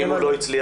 ואם הוא לא הצליח?